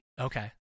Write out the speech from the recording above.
Okay